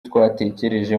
twatekereje